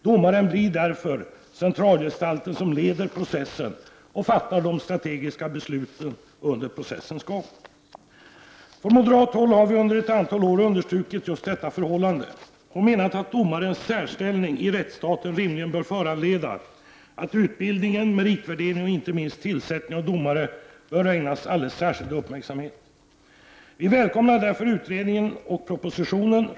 Domaren blir därför centralgestalten som leder processen och fattar de strategiska besluten under processens gång. Från moderat håll har vi under ett antal år understrukit detta förhållande och menar att domarens särställning i rättsstaten rimligen bör föranleda att utbildningen, meritvärderingen och inte minst tillsättningen av domare bör ägnas alldeles särskild uppmärksamhet. Vi välkomnade därför utredningen och propositionen.